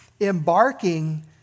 embarking